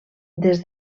des